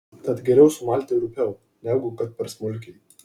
tad geriau sumalti rupiau negu kad per smulkiai